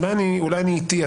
אולי אני איטי,